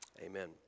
Amen